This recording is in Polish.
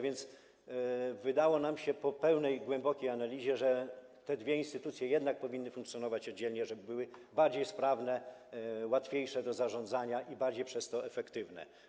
Wydało nam się więc po pełnej, głębokiej analizie, że te dwie instytucje jednak powinny funkcjonować oddzielnie, żeby były bardziej sprawne, łatwiejsze do zarządzania i dzięki temu bardziej efektywne.